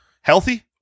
healthy